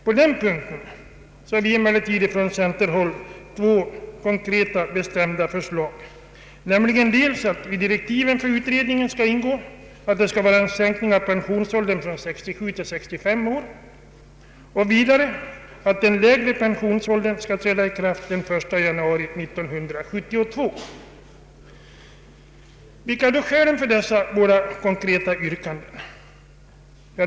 På den punkten har emellertid från centerpartihåll framförts två konkreta förslag, dels att i utredningsdirektiven skall ingå en sänkning av pensionsåldern från 67 till 65 år, dels att den lägre pensionsåldern skall träda i kraft den 1 januari 1972. Vilka är då skälen för dessa våra konkreta yrkanden?